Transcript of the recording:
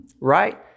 right